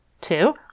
Two